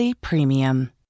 premium